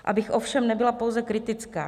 Abych ovšem nebyla pouze kritická.